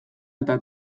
eta